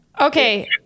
Okay